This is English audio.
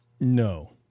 No